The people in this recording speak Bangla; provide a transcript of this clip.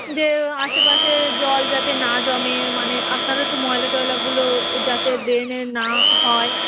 যে আশেপাশে জল যাতে না জমে মানে আপনারা একটু ময়লা টয়লাগুলো যাতে ড্রেনে না হয়